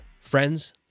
Friends